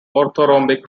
orthorhombic